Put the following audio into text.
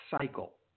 cycle